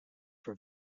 for